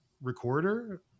recorder